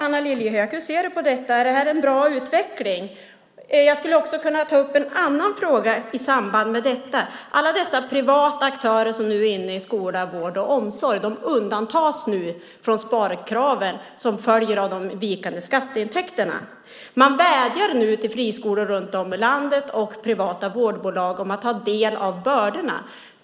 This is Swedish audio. Anna Lilliehöök! Hur ser du på detta? Är det här en bra utveckling? Jag skulle också kunna ta upp en annan fråga i samband med detta. Alla dessa privata aktörer som nu är inne i skola, vård och omsorg undantas från de sparkrav som följer av de vikande skatteintäkterna. Man vädjar nu till friskolor runt om i landet och till privata vårdbolag att de ska ta del av bördorna.